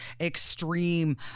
extreme